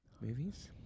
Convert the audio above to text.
movies